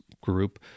group